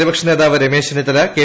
പ്രതിപക്ഷനേതാവ് രമേശ് ചെന്നിത്തല കെ